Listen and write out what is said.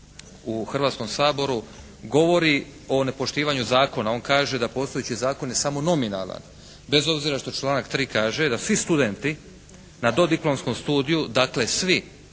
u Hrvatskom saboru govori o nepoštivanju zakona. On kaže da postojeći zakon je samo nominalan, bez obzira što članak 3. kaže da svi studenti na dodiplomskog studiju dakle svi